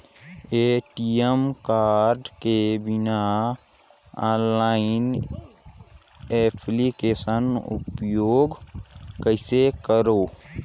ATM card के बिना online application उपयोग कइसे करो?